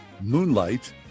Moonlight